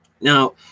now